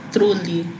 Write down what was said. Truly